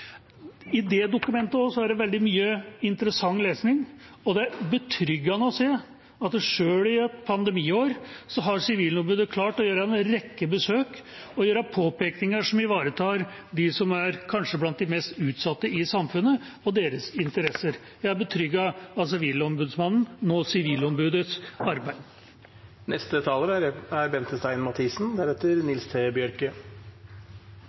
i det dokumentet er det veldig mye interessant lesning. Det er betryggende å se at sjøl i et pandemiår har Sivilombudet klart å avlegge en rekke besøk og gjøre påpekninger som ivaretar dem som kanskje er de mest utsatte i samfunnet, og deres interesser. Det er betrygget av Sivilombudsmannens – nå Sivilombudets – arbeid.